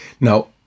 Now